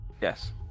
Yes